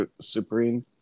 Supreme